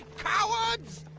cowards!